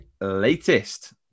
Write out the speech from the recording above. latest